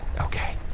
Okay